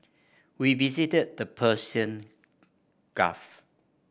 we visited the Persian Gulf